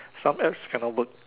some apps cannot work